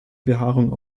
behaarung